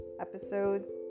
Episodes